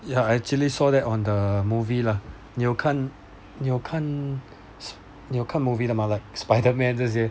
ya actually saw that on the movie lah 你有看你有看你有看 movie 的吗 like spider man 这些